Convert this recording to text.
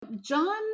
John